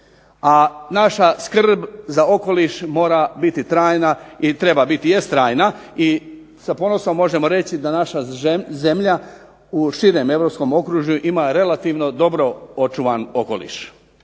A naša skrb za okoliš mora biti trajna i treba biti, jest trajna i sa ponosom možemo reći da naša zemlja u širem europskom okružju ima relativno dobro očuvan okoliš,